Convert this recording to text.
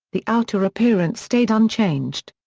the outer appearance stayed unchanged.